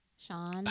Sean